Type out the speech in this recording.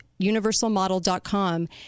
UniversalModel.com